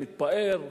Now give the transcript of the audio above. מתפאר,